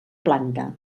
planta